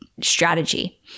strategy